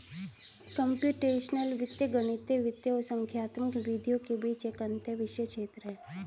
computational वित्त गणितीय वित्त और संख्यात्मक विधियों के बीच एक अंतःविषय क्षेत्र है